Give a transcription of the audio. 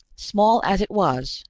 small as it was,